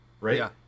right